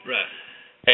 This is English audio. Right